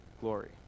glory